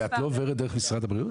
ואת לא עוברת דרך משרד הבריאות?